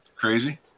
Crazy